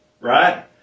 right